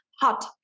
hot